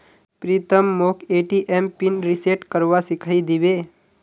प्रीतम मोक ATM pin reset करवा सिखइ दी बे